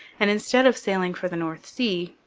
and, instead of sailing for the north sea,